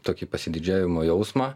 tokį pasididžiavimo jausmą